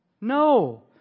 No